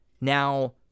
Now